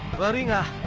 but